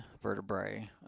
vertebrae